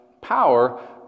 power